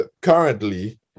currently